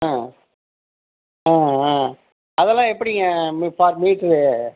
ஆ ஆ அதெலாம் எப்படிங்க ஃபார் மீட்டரு